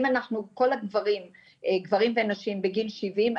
אם כל הגברים ונשים בגיל 70,